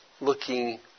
Looking